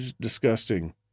Disgusting